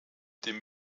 dem